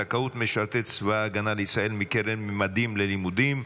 זכאות משרתי צבא הגנה לישראל מקרן ממדים ללימודים)